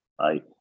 right